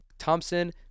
Thompson